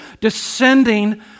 descending